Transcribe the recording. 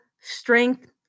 strength